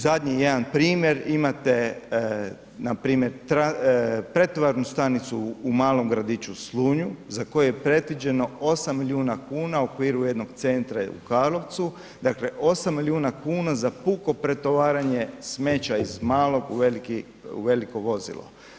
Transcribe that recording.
Zadnji jedan primjer imate npr. Pretovarnu stanicu u malom gradiću Slunju za koju je predviđeno 8 milijuna kuna u okviru jednoj centra i u Karlovcu, dakle 8 milijuna kuna za puko pretovaranje smeća iz malog u veliko vozilo.